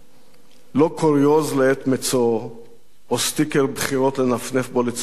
לא קוריוז לעת מצוא או סטיקר בחירות לנפנף בו לצרכים פוליטיים.